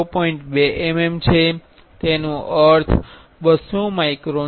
2 mm છે જેનો અર્થ 200 માઇક્રોન છે